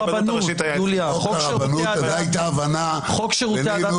חוק שירותי הדת היהודיים זה פנים,